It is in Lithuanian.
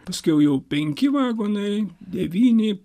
paskiau jau penki vagonai devyni